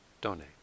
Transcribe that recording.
donate